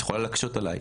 את יכולה להקשות עליי,